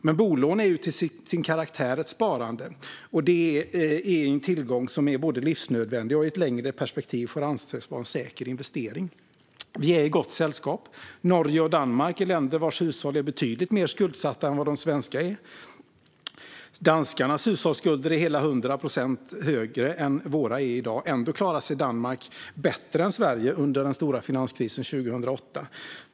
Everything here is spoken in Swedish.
Men bolån är till sin karaktär ett sparande och en tillgång som både är livsnödvändig och som i ett längre perspektiv får anses vara en säker investering. Vi är i gott sällskap. Norge och Danmark är länder vars hushåll är betydligt mer skuldsatta än de svenska. Danskarnas hushållsskulder är hela 100 procent högre än våra är i dag. Ändå klarade sig Danmark bättre än Sverige under den stora finanskrisen 2008.